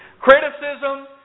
Criticism